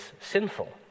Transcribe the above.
sinful